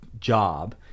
job